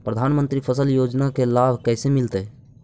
प्रधानमंत्री फसल योजना के लाभ कैसे मिलतै?